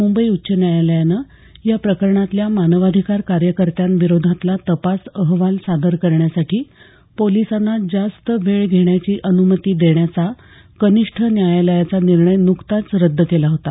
मुंबई उच्च न्यायालयानं या प्रकरणातल्या मानवाधिकार कार्यकर्त्यां विरोधातला तपास अहवाल सादर करण्यासाठी पोलिसांना जास्त वेळ घेण्याची अनुमती देण्याचा कनिष्ठ न्यायालयाचा निर्णय नुकताच रद्द केला होता